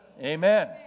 Amen